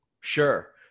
sure